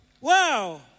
Wow